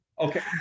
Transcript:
Okay